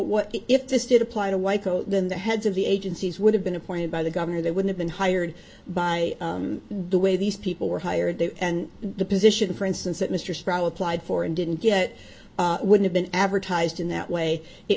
what if this did apply to wipe then the heads of the agencies would have been appointed by the governor they would have been hired by the way these people were hired there and the position for instance that mr straw applied for and didn't get would have been advertised in that way it